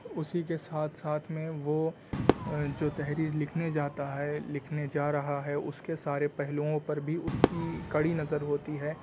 اسی کے ساتھ ساتھ میں وہ جو تحریر لکھنے جاتا ہے لکھنے جا رہا ہے اس کے سارے پہلوؤں پر بھی اس کی کڑی نظر ہوتی ہے